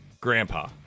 Grandpa